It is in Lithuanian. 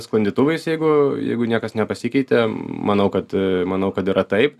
sklandytuvais jeigu jeigu niekas nepasikeitė manau kad a manau kad yra taip